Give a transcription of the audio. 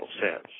says